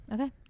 Okay